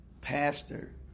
pastor